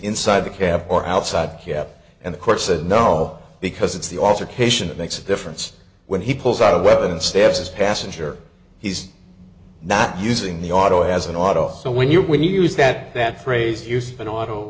inside the cab or outside and the court said no because it's the alter cation it makes a difference when he pulls out a weapon and stabs his passenger he's not using the auto as an auto so when you're when you use that that phrase use of an auto